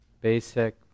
basic